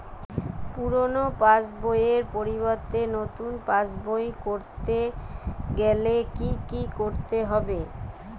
পুরানো পাশবইয়ের পরিবর্তে নতুন পাশবই ক রতে গেলে কি কি করতে হবে?